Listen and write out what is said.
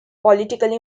politically